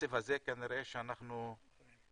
בקצב הזה כנראה שאנחנו נשבור,